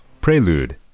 Prelude